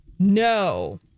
no